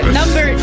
number